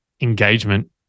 engagement